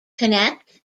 connect